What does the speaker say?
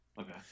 Okay